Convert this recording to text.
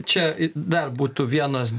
čia dar būtų vienas